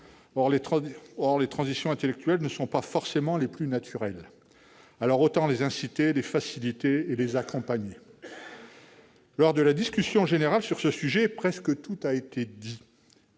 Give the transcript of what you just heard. Or, les transitions intellectuelles n'étant pas forcément les plus naturelles, autant les inciter, les faciliter et les accompagner. Lors de la discussion générale, à ce sujet, presque tout a été dit,